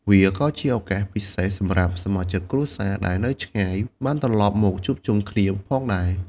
វាក៏ជាឱកាសពិសេសសម្រាប់សមាជិកគ្រួសារដែលនៅឆ្ងាយបានត្រឡប់មកជួបជុំគ្នាផងដែរ។